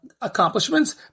accomplishments